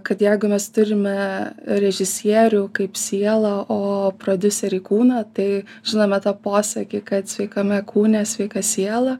kad jeigu mes turime režisierių kaip sielą o prodiuserį kūną tai žinome tą posakį kad sveikame kūne sveika siela